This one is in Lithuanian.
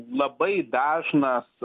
labai dažnas